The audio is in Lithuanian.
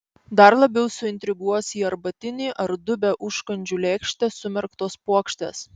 dar labiau suintriguos į arbatinį ar dubią užkandžių lėkštę sumerktos puokštės